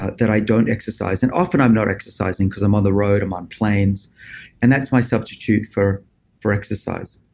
ah that i don't exercise and often, i'm not exercising because i'm on the road. i'm on planes and that's my substitute for for exercise.